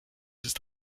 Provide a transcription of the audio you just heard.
ist